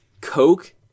Coke